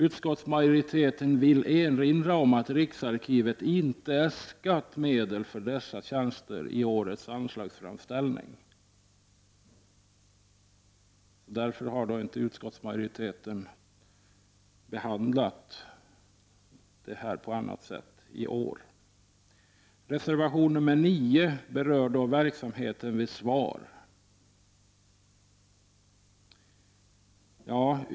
Utskottsmajoriteten vill erinra om att Riksarkivet inte äskat medel för dessa tjänster i årets anslagsframställning. Utskottsmajoriteten har därför inte behandlat denna fråga på annat sätt i år. Reservation nr 9 berör verksamheten vid SVAR.